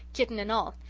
kitten and all.